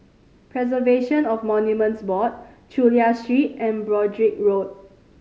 Preservation of Monuments Board Chulia Street and Broadrick Road